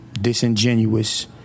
disingenuous